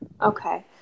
Okay